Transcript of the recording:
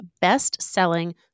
best-selling